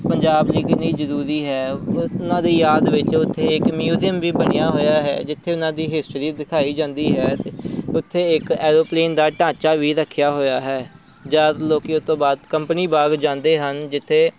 ਪੰਜਾਬ ਲਈ ਕਿੰਨੀ ਜ਼ਰੂਰੀ ਹੈ ਉਹਨਾਂ ਦੀ ਯਾਦ ਵਿੱਚ ਉੱਥੇ ਇੱਕ ਮਿਊਜੀਅਮ ਵੀ ਬਣਿਆ ਹੋਇਆ ਹੈ ਜਿੱਥੇ ਉਹਨਾਂ ਦੀ ਹਿਸਟਰੀ ਦਿਖਾਈ ਜਾਂਦੀ ਹੈ ਅਤੇ ਉੱਥੇ ਇੱਕ ਐਰੋਪਲੇਨ ਦਾ ਢਾਂਚਾ ਵੀ ਰੱਖਿਆ ਹੋਇਆ ਹੈ ਜ਼ਿਆਦਾ ਲੋਕ ਉਸ ਤੋਂ ਬਾਅਦ ਕੰਪਨੀ ਬਾਗ ਜਾਂਦੇ ਹਨ ਜਿੱਥੇ